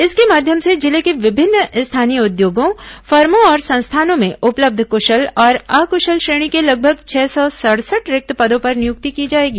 इसके माध्यम से जिले के विभिन्न स्थानीय उद्योगों फर्मों और संस्थानों में उपलब्ध कृशल और अकृशल श्रेणी के लगभग छह सौ सड़सठ रिक्त पदों पर नियुक्ति की जाएगी